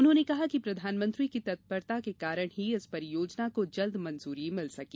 उन्होंने कहा कि प्रधानमंत्री की तत्परता के कारण ही इस परियोजना को जल्द मंजूरी मिल सकी